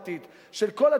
של הקביעות האוטומטית,